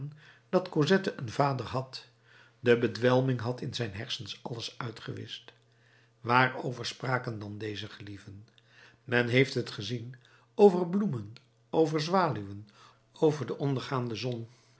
dat cosette een vader had de bedwelming had in zijn hersens alles uitgewischt waarover spraken dan deze gelieven men heeft het gezien over bloemen over zwaluwen over de ondergaande zon